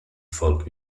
folk